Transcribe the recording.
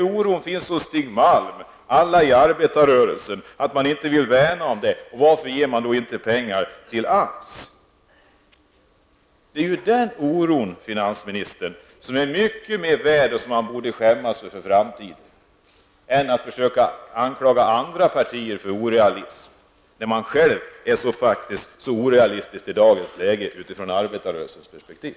Anledningen till att Stig Malm och alla andra i arbetarrörelsen är oroliga är att man inte vill värna sysselsättningen. Varför ger man annars inte pengar till AMS? Den oron, finansministern, är mycket mer värd, och det är den oron finansministern borde känna för framtiden. I stället försöker han anklaga andra partier för brist på realism, trots att han själv i dagens läge är så orealistisk ur arbetarrörelsens perspektiv.